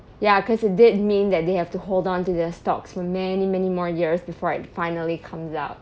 yah because it did mean that they have to hold onto their stocks for many many more years before it finally comes out